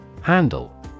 Handle